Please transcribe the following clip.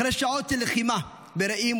אחרי שעות של לחימה ברעים,